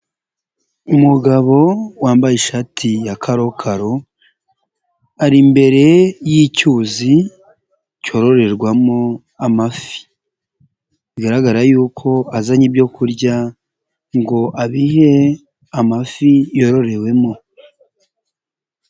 Umugabo wambaye ishati ya karokaro, ari imbere y'icyuzi cyororerwamo amafi, bigaragara y'uko azanye ibyoku kurya ngo abihe amafi yororewemo.